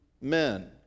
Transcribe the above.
men